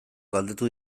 galdetu